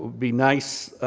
be nice,